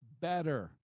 better